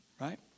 right